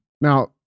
Now